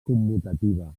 commutativa